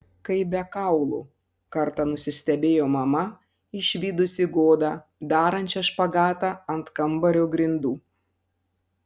kaip be kaulų kartą nusistebėjo mama išvydusi godą darančią špagatą ant kambario grindų